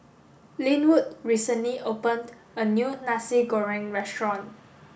Linwood recently opened a new Nasi Goreng restaurant